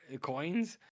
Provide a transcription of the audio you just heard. coins